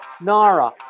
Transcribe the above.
Nara